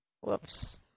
Whoops